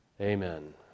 Amen